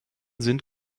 sind